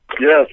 Yes